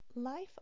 Life